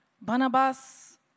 Barnabas